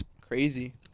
crazy